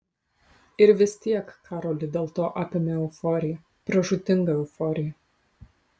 ir vis tiek karolį dėl to apėmė euforija pražūtinga euforija